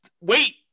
Wait